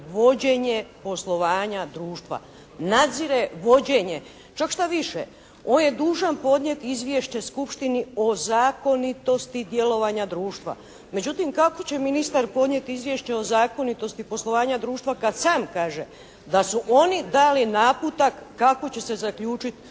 vođenje poslovanja društva, nadzire vođenje. Čak štoviše on je dužan podnijeti izvješće skupštini o zakonitosti djelovanja društva. Međutim, kako će ministar podnijeti izvješće o zakonitosti poslovanja društva kad sam kaže da su oni dali naputak kako će se zaključiti